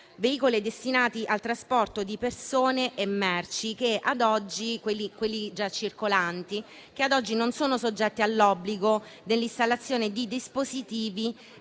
veicoli destinati al trasporto di persone e merci già circolanti, che ad oggi non sono soggetti all'obbligo dell'installazione di dispositivi